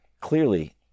clearly